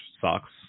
sucks